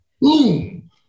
Boom